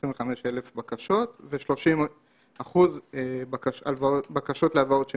שזה 25,000 בקשות, ו-30% בקשות להלוואות נדחו.